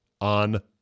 on